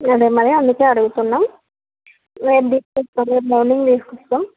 అదే మరి అందుకే అడుగుతున్నాం రేపు తీసుకొస్తాను రేపు మార్నింగ్ తీసుకొస్తాను